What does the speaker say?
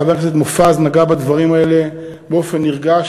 חבר הכנסת מופז נגע בדברים האלה באופן נרגש,